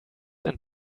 and